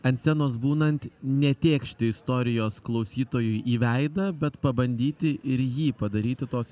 ant scenos būnant ne tėkšti istorijos klausytojui į veidą bet pabandyti ir jį padaryti tos